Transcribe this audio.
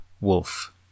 Wolf